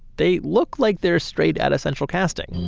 they look like they're straight out of central casting.